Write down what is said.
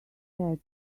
said